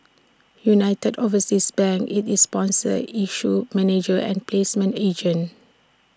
united overseas bank IT is sponsor issue manager and placement agent